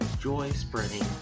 joy-spreading